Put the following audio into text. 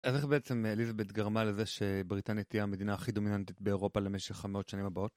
אז איך בעצם אליזבת גרמה לזה שבריטניה תהיה המדינה הכי דומיננטית באירופה למשך המאות שנים הבאות?